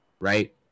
right